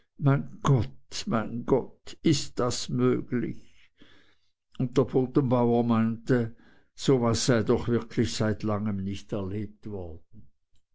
mein gott mein gott ist das möglich und der bodenbauer meinte so was sei doch wirklich seit langem nicht er lebt worden